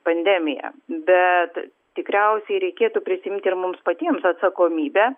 pandemija bet tikriausiai reikėtų prisiimti ir mums patiems atsakomybę